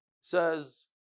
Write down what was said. says